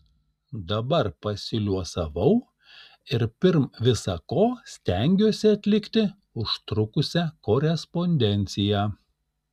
dabar pasiliuosavau ir pirm visa ko stengiuosi atlikti užtrukusią korespondenciją